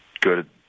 good